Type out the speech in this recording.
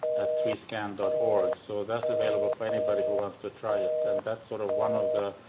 at treescan but org. so that's available for anybody who wants to try it. and that's sort of one of the